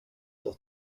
does